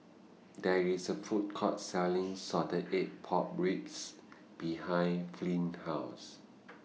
There IS A Food Court Selling Salted Egg Pork Ribs behind Flint's House